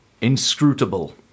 inscrutable